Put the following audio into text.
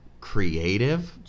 creative